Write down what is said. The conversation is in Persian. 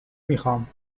میخوام